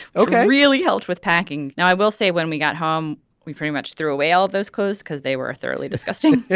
ok really helped with packing. now i will say when we got home we pretty much threw away all of those clothes because they were thoroughly disgusting